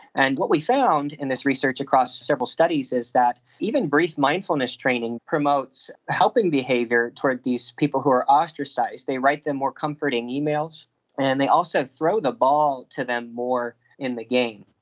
and what we found in this research across several studies is that even brief mindfulness training promotes helping behaviour toward these people who are ostracised. they write them more comforting emails and they also throw the ball to them more in the game.